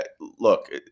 look